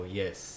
yes